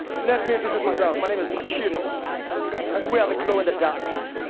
let me introduce myself, my name is pacino and we are the glow in the dark's.